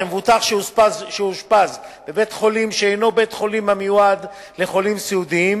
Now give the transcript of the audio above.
שמבוטח שאושפז בבית-חולים שאינו בית-חולים המיועד לחולים סיעודיים